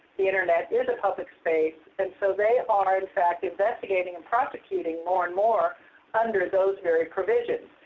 the internet is a public space and so they are, in fact, investigating and prosecuting more and more under those very provisions.